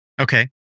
Okay